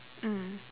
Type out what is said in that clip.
mm